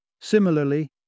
Similarly